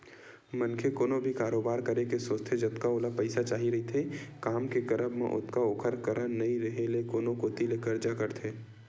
मनखे कोनो भी कारोबार करे के सोचथे जतका ओला पइसा चाही रहिथे काम के करब म ओतका ओखर करा नइ रेहे ले कोनो कोती ले करजा करथे